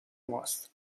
ماست